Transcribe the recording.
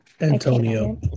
Antonio